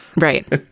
Right